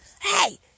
Hey